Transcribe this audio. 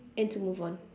and to move on